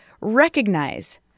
recognize